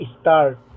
start